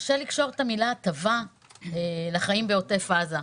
קשה לקשור את המילה "הטבה" לחיים בעוטף עזה,